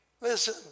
listen